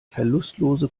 verlustlose